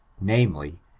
namely